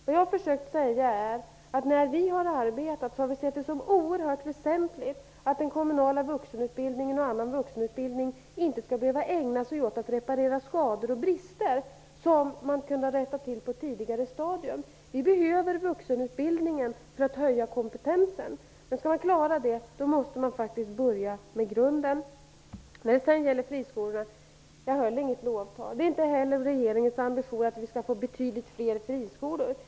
Vad jag har försökt säga är att vi i vårt arbete har sett det som oerhört väsentligt att den kommunala vuxenutbildningen och annan vuxenutbildning inte skall behöva ägna sig åt att reparera skador och brister som kunde ha rättats till på ett tidigare stadium. Vi behöver vuxenutbildningen för att höja människors kompetens, men för att klara den uppgiften måste man börja från grunden. Jag höll inte något lovtal över friskolorna. Det är inte heller regeringens ambition att vi skall få betydligt fler friskolor.